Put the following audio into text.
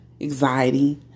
Anxiety